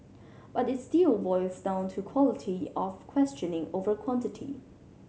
but it still boils down to quality of questioning over quantity